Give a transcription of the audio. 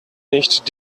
nicht